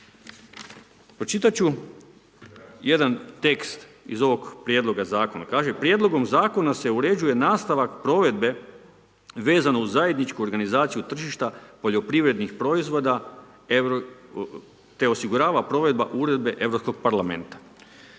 Pročitat ću jedan tekst iz ovog prijedloga zakona. Kaže, prijedlogom zakona se uređuje nastavak provedbe vezano uz zajedničku organizaciju tržišta poljoprivrednih proizvoda te osigurava provedba uredbe Europskog parlamenta.